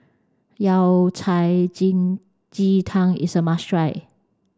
yao cai jin ji tang is a must try